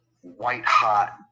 white-hot